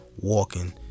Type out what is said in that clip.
Walking